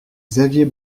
xavier